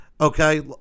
okay